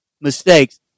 mistakes